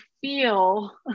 feel